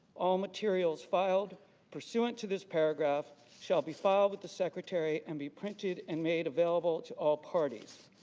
all materials filed pursuant to this paragraph shall be filed with the secretary and be printed and made available to all parties.